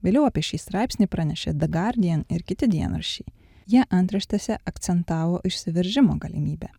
vėliau apie šį straipsnį pranešė da gardian ir kiti dienraščiai jie antraštėse akcentavo išsiveržimo galimybę